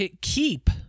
keep